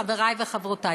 חברי וחברותי,